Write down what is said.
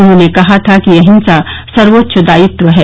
उन्होंने कहा था कि अहिंसा सर्वोच्च दायित्व है